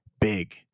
big